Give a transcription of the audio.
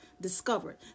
discovered